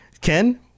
Ken